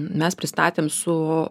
mes pristatėm su